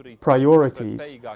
priorities